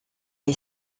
est